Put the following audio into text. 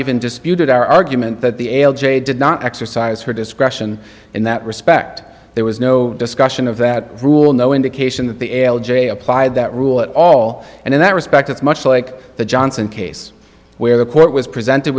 disputed our argument that the l j did not exercise her discretion in that respect there was no discussion of that rule no indication that the l j applied that rule at all and in that respect it's much like the johnson case where the court was presented